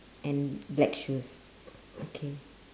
and black shoes okay